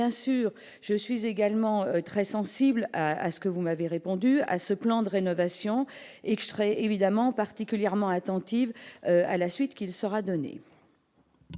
bien sûr, je suis également très sensible à ce que vous avez répondu à ce plan de rénovation et qui serait évidemment particulièrement attentive à la suite, qu'il sera donné.